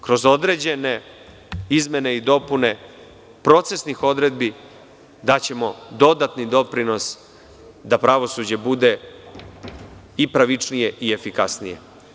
Kroz određene izmene i dopune procesnih odredbi daćemo dodatni doprinos da pravosuđe bude i pravičnije i efikasnije.